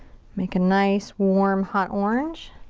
make a nice, warm, hot orange.